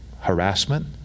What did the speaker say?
harassment